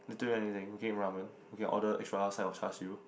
I do anything we can eat ramen we can order extra side of Char-Siew